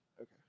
Okay